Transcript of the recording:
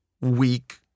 weak